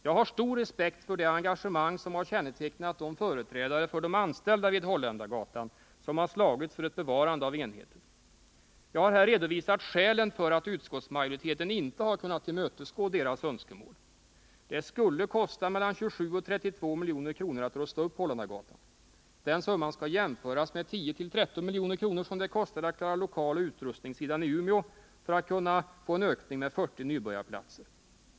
Jag har stor respekt för det engagemang som har kännetecknat de företrädare för de anställda vid Holländargatan som har slagits för ett bevarande av enheten. Jag har här redovisat skälen för att utskottsmajoriteten inte har kunnat tillmötesgå deras önskemål. Det skulle kosta mellan 27 och 32 milj.kr. att rusta upp Holländargatan. Den summan skall jämföras med de 10-13 milj.kr. som det kostar att klara lokaloch utrustningssidan i Umeå för att kunna få en ökning med 40 nybörjarplatser.